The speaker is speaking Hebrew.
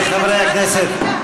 אם הכול טוב, למה צריך, חברי הכנסת.